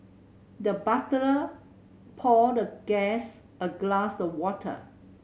the butler poured the guest a glass of water